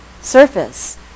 surface